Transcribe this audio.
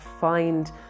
find